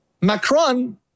Macron